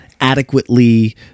adequately